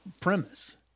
premise